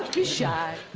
be shy.